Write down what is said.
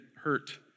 hurt